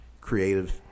Creative